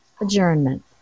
Adjournment